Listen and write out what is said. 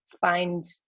find